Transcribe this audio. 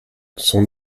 son